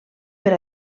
per